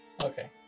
Okay